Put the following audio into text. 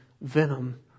venom